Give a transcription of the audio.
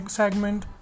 segment